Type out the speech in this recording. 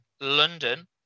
london